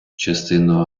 частину